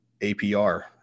APR